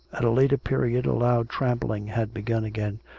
at a later period a loud trampling had begun again,